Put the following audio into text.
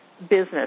business